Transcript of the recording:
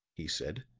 he said.